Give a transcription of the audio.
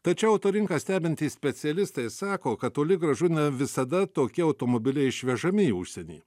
tačiau auto rinką stebintys specialistai sako kad toli gražu ne visada tokie automobiliai išvežami į užsienį